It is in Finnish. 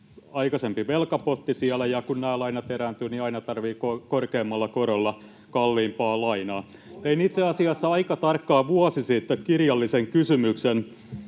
aikaisempi velkapotti, ja kun nämä lainat erääntyvät, niin aina tarvitaan korkeammalla korolla kalliimpaa lainaa. [Ben Zyskowicz: Kuulitteko, Saramo?] Tein itse asiassa aika tarkkaan vuosi sitten kirjallisen kysymyksen